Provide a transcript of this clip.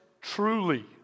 truly